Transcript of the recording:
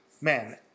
man